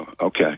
Okay